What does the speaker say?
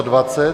20.